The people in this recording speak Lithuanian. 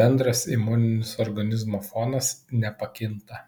bendras imuninis organizmo fonas nepakinta